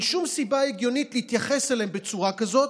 אין שום סיבה הגיונית להתייחס אליהם בצורה כזאת.